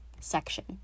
section